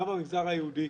גם במגזר היהודי,